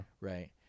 Right